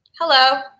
hello